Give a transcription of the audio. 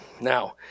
Now